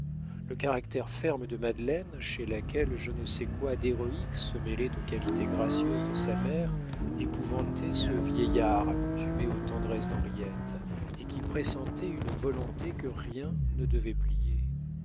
le caractère ferme de madeleine chez laquelle je ne sais quoi d'héroïque se mêlait aux qualités gracieuses de sa mère épouvantait ce vieillard accoutumé aux tendresses d'henriette et qui pressentait une volonté que rien ne devait plier